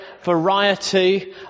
variety